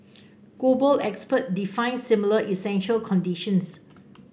global experts define similar essential conditions